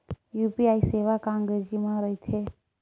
UPI सेवा का अंग्रेजी मा रहीथे?